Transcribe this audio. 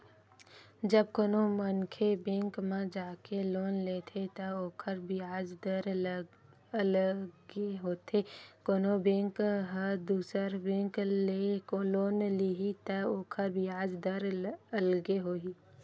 जब कोनो मनखे बेंक म जाके लोन लेथे त ओखर बियाज दर अलगे होथे कोनो बेंक ह दुसर बेंक ले लोन लिही त ओखर बियाज दर अलगे होही